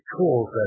tools